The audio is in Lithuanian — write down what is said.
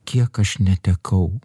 kiek aš netekau